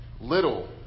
little